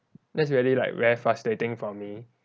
that's really like very frustrating for me